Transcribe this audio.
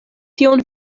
tion